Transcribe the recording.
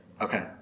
Okay